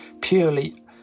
purely